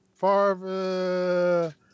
Farve